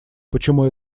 почему